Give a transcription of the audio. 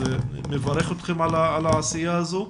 אני מברך אתכם על העשייה הזאת.